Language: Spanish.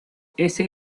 ese